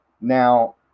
now